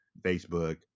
facebook